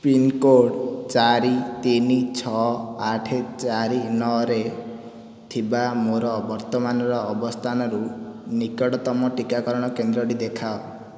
pincode ଚାରି ତିନି ଛଅ ଆଠ ଚାରି ନଅରେ ଥିବା ମୋ'ର ବର୍ତ୍ତମାନର ଅବସ୍ଥାନରୁ ନିକଟତମ ଟିକାକରଣ କେନ୍ଦ୍ରଟି ଦେଖାଅ